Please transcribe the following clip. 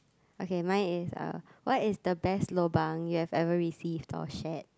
okay mine is uh what is the best lobang you have ever received or shared